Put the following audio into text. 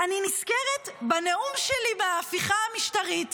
אני נזכרת בנאום שלי בהפיכה המשטרית,